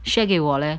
share 给我 leh